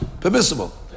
permissible